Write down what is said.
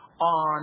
On